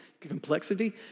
complexity